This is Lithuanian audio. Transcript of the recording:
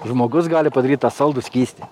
žmogus gali padaryti tą saldų skystį